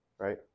Right